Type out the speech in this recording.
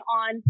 on